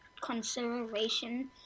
consideration